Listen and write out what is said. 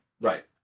Right